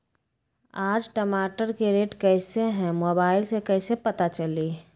आज टमाटर के रेट कईसे हैं मोबाईल से कईसे पता चली?